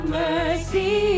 mercy